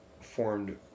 formed